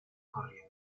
corrientes